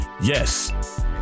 yes